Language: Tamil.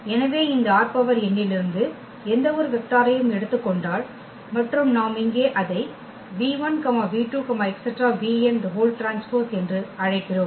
எனவே இந்த ℝn இலிருந்து எந்த ஒரு வெக்டரையும் எடுத்துக் கொண்டால் மற்றும் நாம் இங்கே அதை v1 v2 vnT என்று அழைக்கிறோம்